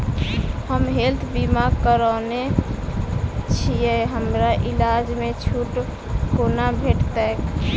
हम हेल्थ बीमा करौने छीयै हमरा इलाज मे छुट कोना भेटतैक?